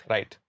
Right